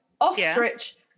ostrich